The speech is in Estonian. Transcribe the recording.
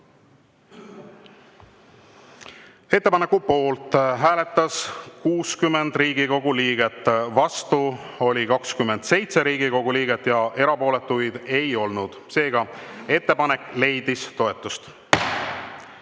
Ettepaneku poolt hääletas 60 Riigikogu liiget, vastu oli 27 Riigikogu liiget ja erapooletuid ei olnud. Seega leidis ettepanek